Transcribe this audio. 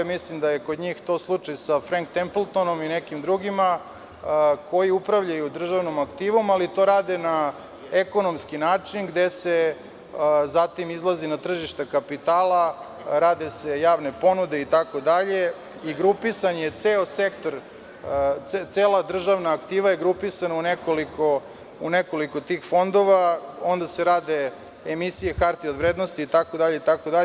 Mislim da je kod njih to slučaj sa Frenk Templtonom i nekim drugima koji upravljaju državnom aktivom, ali to rade na ekonomski način, gde se zatim izlazi na tržište kapitala, rade se javne ponude itd, i grupisan je ceo sektor, cela državna aktiva je grupisana u nekoliko tih fondova, onda se rade emisije hartije od vrednosti, itd, itd.